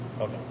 Okay